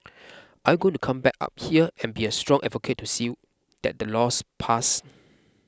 are you going to come back up here and be a strong advocate to see that the law's passed